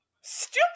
Stupid